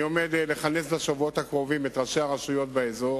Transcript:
אני עומד לכנס בשבועות הקרובים את ראשי הרשויות באזור